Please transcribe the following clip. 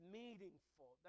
meaningful